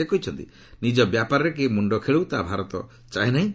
ସେ କହିଛନ୍ତି ନିଜ ବ୍ୟାପାରରେ କେହି ମୁଣ୍ଡ ଖେଳାଉ ତାହା ଭାରତ ଚାହେଁ ନାହିଁ